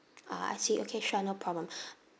ah I see okay sure no problem